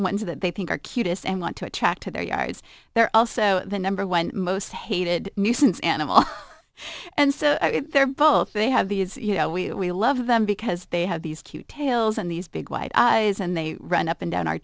ones that they think are cutest and want to attract to their yards they're also the number one most hated nuisance animal and so they're both they have these you know we love them because they have these cute tails and these big white eyes and they run up and down our